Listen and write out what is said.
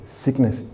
sickness